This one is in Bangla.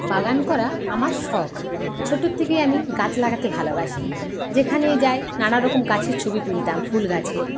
বাগান করা আমার শখ ছোটোর থেকেই আমি গাছ লাগাতে ভালোবাসি যেখানেই যাই নানা রকম গাছের ছবি তুলতাম ফুলগাছের